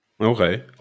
Okay